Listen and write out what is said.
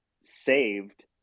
saved